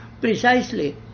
Precisely